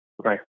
Right